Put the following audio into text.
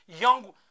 young